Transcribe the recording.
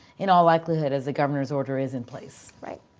in all likelihood as the governor's order is in place. right.